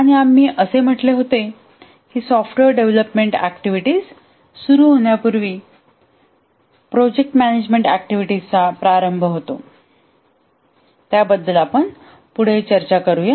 आणि आम्ही असे म्हटले होते की सॉफ्टवेअर डेव्हलपमेंट ऍक्टिव्हिटीज सुरू होण्यापुर्वी प्रोजेक्ट मॅनेजमेंट ऍक्टिव्हिटीचा प्रारंभ होतो त्याबद्दल आपण पुढे चर्चा करूया